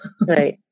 right